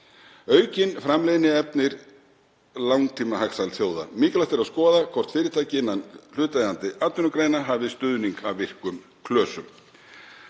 Aukin framleiðni eflir langtímahagsæld þjóða. Mikilvægt er að skoða hvort fyrirtæki innan hlutaðeigandi atvinnugreina hafi stuðning af virkum klösum.